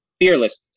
Fearless